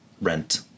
rent